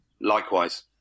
Likewise